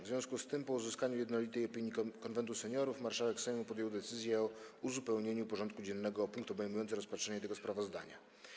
W związku z tym, po uzyskaniu jednolitej opinii Konwentu Seniorów, marszałek Sejmu podjął decyzję o uzupełnieniu porządku dziennego o punkt obejmujący rozpatrzenie tego sprawozdania.